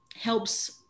helps